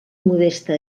modesta